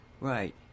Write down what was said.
Right